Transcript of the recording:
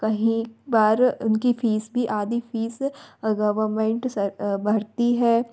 कई बार उनकी फ़ीस भी आधी फ़ीस गवरमेंट सर भरती है